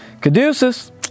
Caduceus